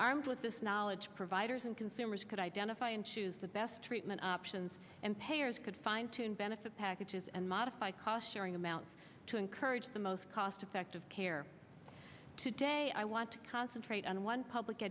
armed with this knowledge providers and consumers could identify and choose the best treatment options and payers could find to benefit packages and modify cost sharing amounts to encourage the most cost effective care today i want to concentrate on one public